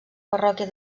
parròquia